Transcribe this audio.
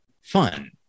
fun